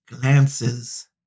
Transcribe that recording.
glances